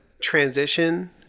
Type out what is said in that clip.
transition